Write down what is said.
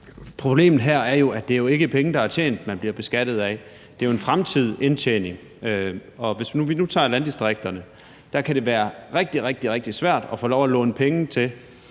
Problemet her er jo, at det ikke er penge, der er tjent, man bliver beskattet af, det er jo en fremtidig indtjening. Hvis vi nu tager landdistrikterne, kan det være rigtig, rigtig svært at få lov at låne penge til